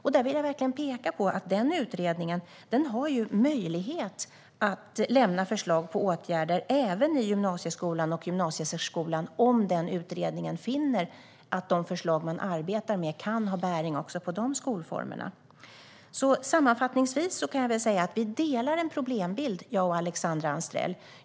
Jag vill verkligen peka på att den utredningen har möjlighet att lämna förslag på åtgärder även i gymnasieskolan och gymnasiesärskolan om utredningen finner att de förslag man arbetar med kan ha bäring också på de skolformerna. Alexandra Anstrell och jag delar uppfattning om problembilden.